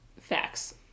facts